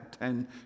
ten